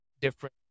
different